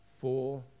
four